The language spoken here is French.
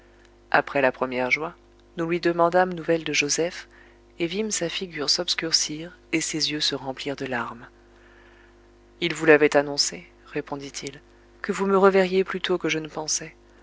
après la première joie nous lui demandâmes nouvelles de joseph et vîmes sa figure s'obscurcir et ses yeux se remplir de larmes il vous l'avait annoncé répondit-il que vous me reverriez plus tôt que je ne pensais